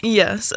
yes